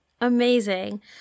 Amazing